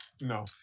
No